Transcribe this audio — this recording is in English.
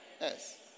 Yes